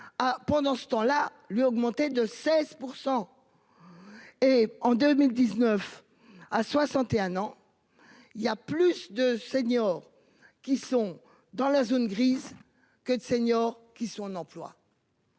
Pendant ce temps, lui, augmenté de 16%. Et en 2019 à 61 ans. Il y a plus de seniors qui sont dans la zone grise que de seniors qui sont en emploi.